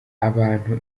abantu